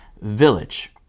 village